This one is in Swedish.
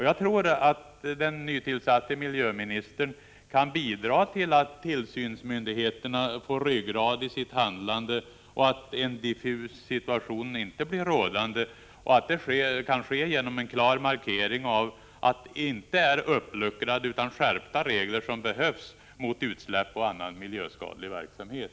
Jag tror att den nytillsatte miljöministern kan bidra till att tillsynsmyndigheterna får ryggrad i sitt handlande och att en diffus situation inte blir rådande. Det kan ske genom en klar markering av att det inte är uppluckrade utan skärpta regler som behövs mot utsläpp och annan miljöskadlig verksamhet.